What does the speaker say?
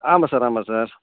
ஆமாம் சார் ஆமாம் சார்